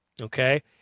Okay